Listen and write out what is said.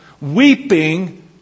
weeping